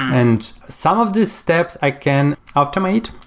and some of the steps i can automate,